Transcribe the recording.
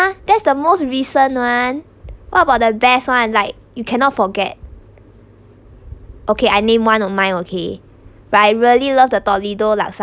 ah that's the most recent one what about the best one like you cannot forget okay I name one on mine okay but I really love the Tolido laksa